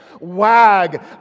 wag